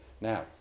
Now